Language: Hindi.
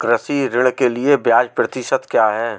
कृषि ऋण के लिए ब्याज प्रतिशत क्या है?